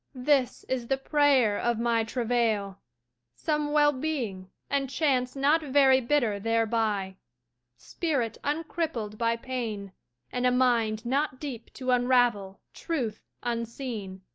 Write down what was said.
this is the prayer of my travail some well-being and chance not very bitter thereby spirit uncrippled by pain and a mind not deep to unravel truth unseen,